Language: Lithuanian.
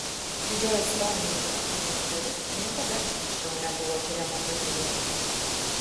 didžioji stounhendžo apylinkių dalis niekada anksčiau nebuvo tiriama tokiu būdu